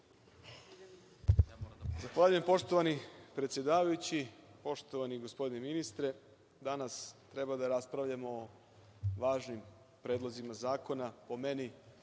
Zahvaljujem poštovani predsedavajući, poštovani gospodine ministre, danas treba da raspravljamo o važnim predlozima zakona. Po meni,